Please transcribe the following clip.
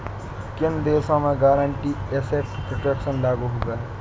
किन देशों में गारंटीड एसेट प्रोटेक्शन लागू हुआ है?